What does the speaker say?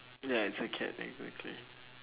ya it's a cat exactly